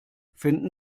finden